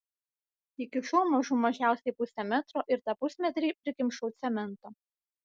įkišau mažų mažiausiai pusę metro ir tą pusmetrį prikimšau cemento